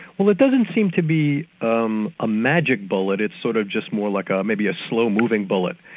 well it doesn't seem to be um a magic bullet, it's sort of just more like, um maybe, a slow moving bullet.